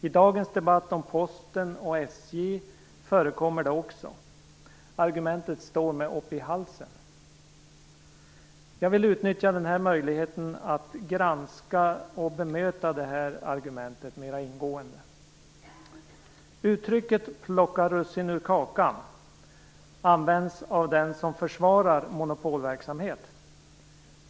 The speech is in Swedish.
I dagens debatt om Posten och SJ förekommer det också. Argumentet står mig upp i halsen. Jag vill utnyttja den här möjligheten att granska och bemöta detta argument mera ingående. Uttrycket "plocka russinen ur kakan" används av den som försvarar monopolverksamhet.